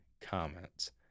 comments